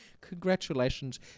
Congratulations